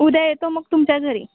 उद्या येतो मग तुमच्या घरी